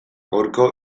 gaurko